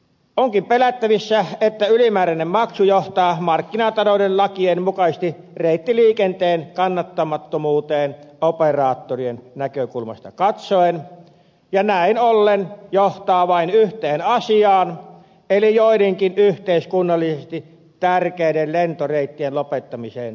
onkin pelättävissä että ylimääräinen maksu johtaa markkinatalouden lakien mukaisesti reittiliikenteen kannattamattomuuteen operaattorien näkökulmasta katsoen ja näin ollen johtaa vain yhteen asiaan eli joidenkin yhteiskunnallisesti tärkeiden lentoreittien lopettamiseen kotimaassamme